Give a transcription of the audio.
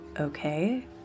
Okay